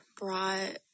brought